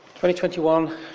2021